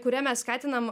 kuria mes skatinam